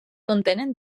contenen